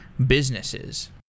businesses